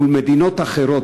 מול מדינות אחרות,